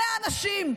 אלה האנשים,